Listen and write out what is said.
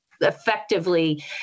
effectively